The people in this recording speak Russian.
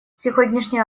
сегодняшнее